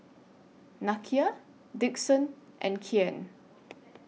Nakia Dixon and Kian